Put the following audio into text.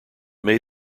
made